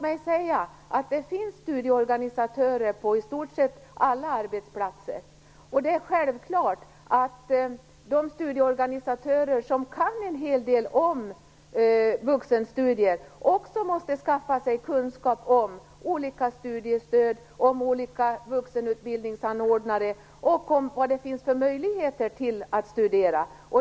Det finns studieorganisatörer på i stort sett alla arbetsplatser, och det är självklart att de studieorganisatörer som kan en hel del om vuxenstudier också måste skaffa sig kunskap om olika studiestöd, om olika vuxenutbildningsanordnare och om vad det finns för möjlighet till att studera.